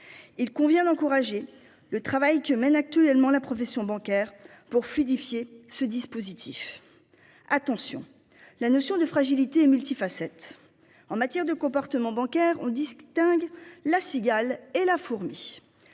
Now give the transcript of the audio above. Il convient d'encourager le travail que mène actuellement la profession bancaire pour fluidifier ce dispositif. Attention la notion de fragilité multi-facettes en matière de comportement bancaire on distingue la cigale et la fourmi.